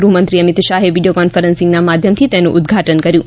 ગૃહમંત્રી અમિત શાહે વીડિયો કોન્ફરન્સિંગના માધ્યમથી તેનું ઉદ્વાટન કર્યુ